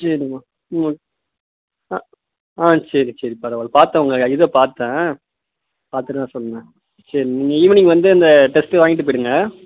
சரிம்மா ம் ஆ சரி சரி பரவாயில்லை பார்த்தேன் உங்கள் இதை பார்த்தேன் பார்த்துட்டு தான் சொன்னேன் சரி நீங்கள் ஈவினிங் வந்து இந்த டெஸ்ட்டை வாங்கிட்டு போய்விடுங்க